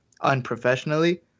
unprofessionally